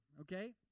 Okay